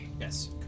Yes